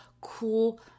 cool